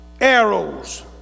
arrows